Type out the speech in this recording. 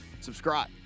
subscribe